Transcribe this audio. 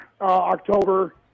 October